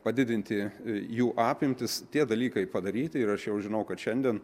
padidinti jų apimtis tie dalykai padaryti ir aš jau žinau kad šiandien